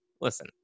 listen